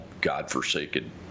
God-forsaken